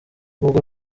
ubwo